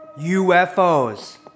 UFOs